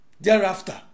thereafter